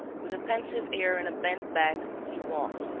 with a pensive air and a bent back, he walked,